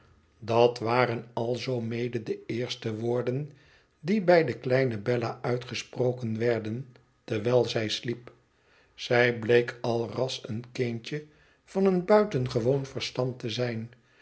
dat waren alzoo mede de eerste woorden die bij de kleine bella uitgesproken werden terwijl zij sliep zij bleek alras een kindje van een buitengewoon verstand te zijn